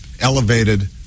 elevated